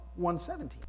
117